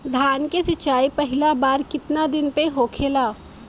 धान के सिचाई पहिला बार कितना दिन पे होखेला?